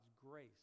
grace